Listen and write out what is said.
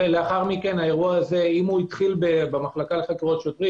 אם האירוע התחיל במח"ש,